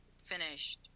finished